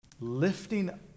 lifting